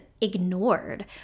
ignored